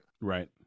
Right